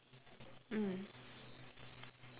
mm